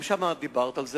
גם שם דיברת על זה.